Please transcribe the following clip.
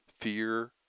fear